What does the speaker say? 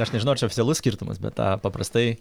aš nežinau ar čia oficialus skirtumas bet a paprastai